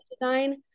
design